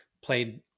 Played